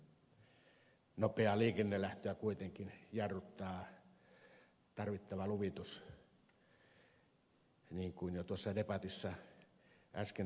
nopeaa liikkeellelähtöä kuitenkin jarruttaa tarvittava luvitus niin kuin jo tuossa debatissa äsken totesimme